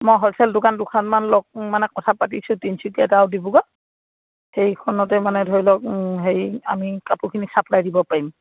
মই হ'লছেল দোকান দুখনমান লগ মানে কথা পাতিছোঁ তিনচুকীয়া আৰু ডিব্ৰুগড়ত সেইখনতে মানে ধৰি লওক হেৰি আমি কাপোৰখিনি ছাপ্লাই দিব পাৰিম